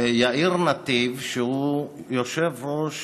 יאיר נתיב, שהוא יושב-ראש